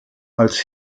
als